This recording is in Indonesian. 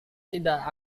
tidak